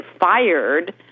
fired